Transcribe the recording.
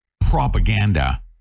propaganda